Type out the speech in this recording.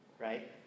right